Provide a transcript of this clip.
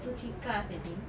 two three cars I think